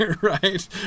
right